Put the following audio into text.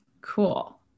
cool